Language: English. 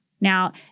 Now